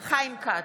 חיים כץ,